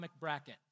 bracket